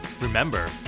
Remember